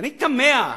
ואני תמה.